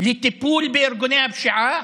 לטיפול בארגוני הפשיעה.